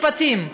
מתמחים במשפטים.